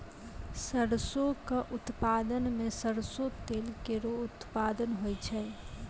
सरसों क उत्पादन सें सरसों तेल केरो उत्पादन होय छै